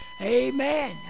Amen